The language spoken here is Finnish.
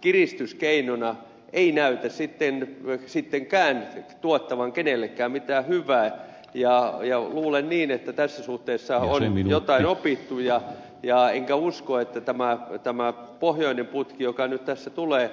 kiristyskeinona ei näytä sittenkään tuottavan kenellekään mitään hyvää ja luulen niin että tässä suhteessa on jotain opittu enkä usko että tätä pohjoista putkea joka nyt tässä tulee